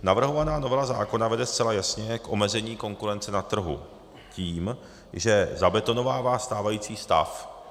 Navrhovaná novela zákona vede zcela jasně k omezení konkurence na trhu tím, že zabetonovává stávající stav.